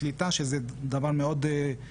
וגם כמובן מעקב והטרדה,